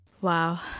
Wow